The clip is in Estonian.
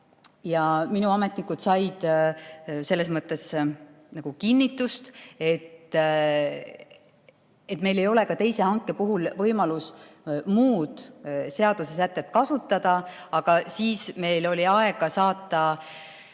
minu ametnikud said selles mõttes nagu kinnitust, et meil ei ole ka teise hanke puhul võimalust muud seadusesätet kasutada, aga siis meil oli aega saata